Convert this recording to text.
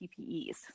PPEs